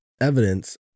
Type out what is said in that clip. evidence